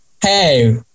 hey